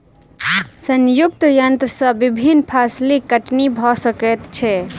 संयुक्तक यन्त्र से विभिन्न फसिलक कटनी भ सकै छै